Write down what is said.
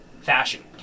fashion